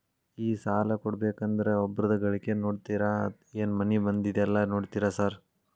ಈ ಸಾಲ ಕೊಡ್ಬೇಕಂದ್ರೆ ಒಬ್ರದ ಗಳಿಕೆ ನೋಡ್ತೇರಾ ಏನ್ ಮನೆ ಮಂದಿದೆಲ್ಲ ನೋಡ್ತೇರಾ ಸಾರ್?